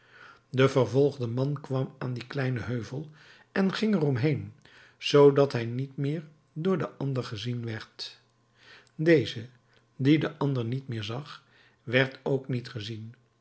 de vervolgde man kwam aan dien kleinen heuvel en ging er omheen zoodat hij niet meer door den ander gezien werd deze die den ander niet meer zag werd ook niet gezien